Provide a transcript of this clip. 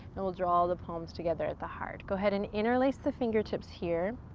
and we'll draw the palms together at the heart. go ahead and interlace the fingertips here.